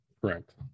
correct